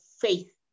faith